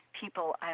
people